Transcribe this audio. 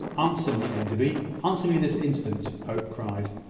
answer me, enderby answer me this instant, hope cried,